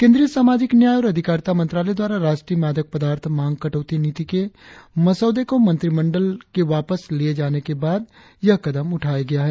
केंद्रीय सामाजिक न्याय और अधिकारिता मंत्रालय द्वारा राष्ट्रीय मादक पदार्थ मांग कटौती नीति के मसौदे को मंत्रिमंडल के वापस लिए जाने के बाद यह कदम उठाया गया है